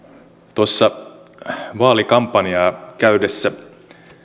tuossa vaalikampanjaa käydessä